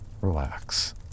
relax